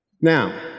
Now